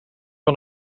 van